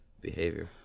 behavior